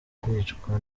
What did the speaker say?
kwicwa